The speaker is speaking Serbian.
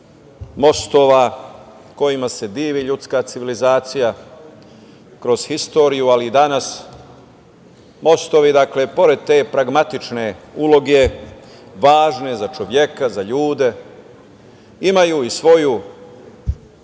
mostova kojima se divi ljudska civilizacija kroz istoriju, ali danas mostovi pored te pragmatične uloge važne za čoveka, za ljude imaju i svoju